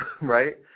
right